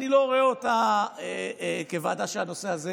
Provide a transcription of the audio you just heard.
אני לא רואה אותה כוועדה שהנושא הזה